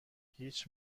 هیچ